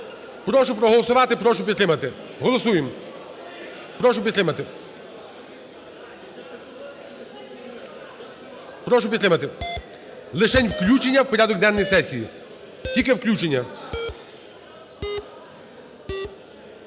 прошу проголосувати, прошу підтримати, голосуємо, прошу підтримати, прошу підтримати лишень включення в порядок денний сесії, тільки включення. 11:57:03